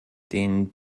den